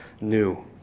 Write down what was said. new